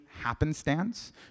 happenstance